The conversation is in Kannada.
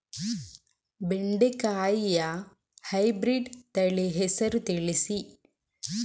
ಬೆಂಡೆಕಾಯಿಯ ಹೈಬ್ರಿಡ್ ತಳಿ ಹೆಸರು ತಿಳಿಸಿ?